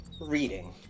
reading